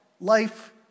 life